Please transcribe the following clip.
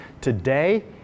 today